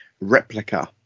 replica